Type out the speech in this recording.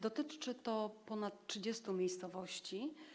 Dotyczy to ponad 30 miejscowości.